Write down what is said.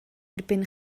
erbyn